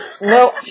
No